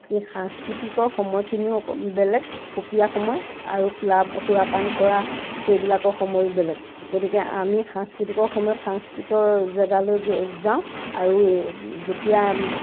এই সাংস্কৃতিকৰ সময়খিনিও বেলেগ সুকীয়া সময় আৰু ক্লাব সুৰাপান কৰা সেইবিলাকৰ সময়ো বেলেগ গতিকে আমি সাংস্কৃতিকৰ সময়ত সংস্কৃতৰ জেগালৈ যাওঁ আৰু যেতিয়া